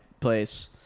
place